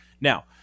Now